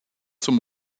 zum